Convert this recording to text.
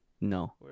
No